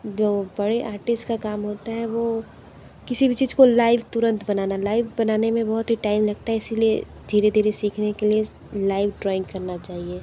दो बड़े आर्टिस्ट का काम होता है वह किसी भी चीज को लाइव तुरंत बनाना लाइव बनाने में बहुत ही टाइम लगता है इसलिए धीरे धीरे सीखने के लिए लाइव ड्राइंग करना चाहिए